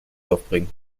aufbringen